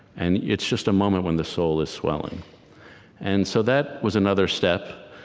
and it's just a moment when the soul is swelling and so that was another step.